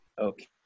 okay